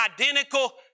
identical